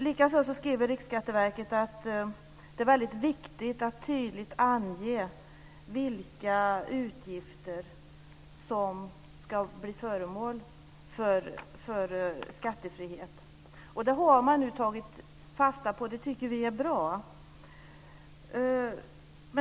Likaså skriver Riksskatteverket att det är väldigt viktigt att tydligt ange vilka utgifter som ska bli föremål för skattefrihet. Det har man nu tagit fasta på. Det tycker vi är bra.